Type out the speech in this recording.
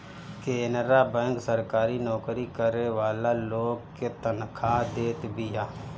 Canara bank सरकारी नोकरी करे वाला लोग के तनखा देत बिया